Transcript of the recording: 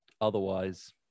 Otherwise